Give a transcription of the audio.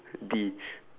D